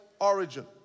origin